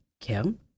Kim